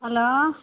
hello